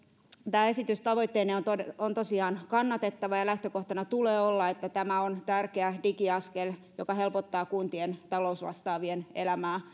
tämä esitys tavoitteineen on tosiaan kannatettava ja lähtökohtana tulee olla että tämä on tärkeä digiaskel joka helpottaa kuntien talousvastaavien elämää